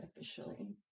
officially